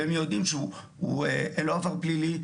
והם יודעים שהוא אין לו עבר פלילי,